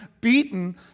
beaten